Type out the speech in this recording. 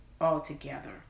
altogether